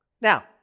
Now